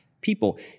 people